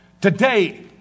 today